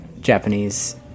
Japanese